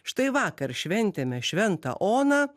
štai vakar šventėme šventą oną